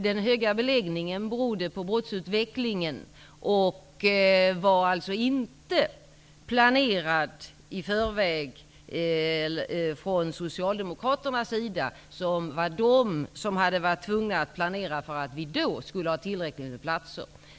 Den höga beläggningen berodde på brottsutvecklingen och var inte planerad i förväg från socialdemokraternas sida för att vi skulle ha tillräckligt många platser.